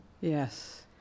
yes